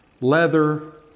leather